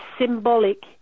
symbolic